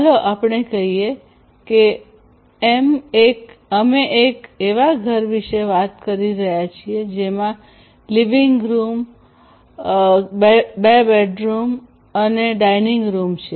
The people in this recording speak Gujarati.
ચાલો આપણે કહીએ કે અમે એક એવા ઘર વિશે વાત કરી રહ્યા છીએ જેમાં લિવિંગ રૂમ વસવાટ ખંડ બે બેડ રૂમ બેડ રૂમ શયનખંડ અને ડાઇનિંગ રૂમ છે